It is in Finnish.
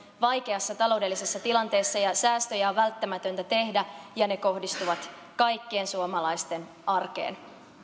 vaikeassa taloudellisessa tilanteessa säästöjä on välttämätöntä tehdä ja ne kohdistuvat kaikkien suomalaisten arkeen